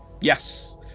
Yes